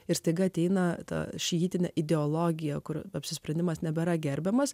ir staiga ateina ta šiitinė ideologija kur apsisprendimas nebėra gerbiamas